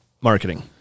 Marketing